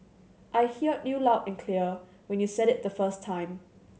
I hear you loud and clear when you said it the first time